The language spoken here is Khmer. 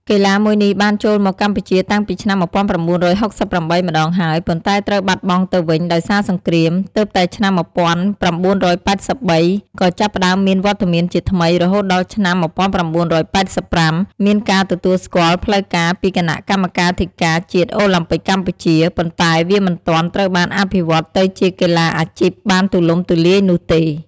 កីឡាមួយនេះបានចូលមកកម្ពុជាតាំងពីឆ្នាំ ១៩៦៨ ម្តងហើយ ប៉ុន្តែត្រូវបាត់បង់ទៅវិញដោយសារសង្គ្រាម ទើបតែឆ្នាំ ១៩៨៣ ក៏ចាប់ផ្ដើមមានវត្តមានជាថ្មី រហូតដល់ឆ្នាំ ១៩៨៥ មានការទទួលស្គាល់ផ្លូវការពីគណៈកម្មាធិការជាតិអូឡាំពិកកម្ពុជា ប៉ុន្តែវាមិនទាន់ត្រូវបានអភិវឌ្ឍទៅជាកីឡាអាជីពបានទូលំទូលាយនោះទេ។ ។